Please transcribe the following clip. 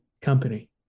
Company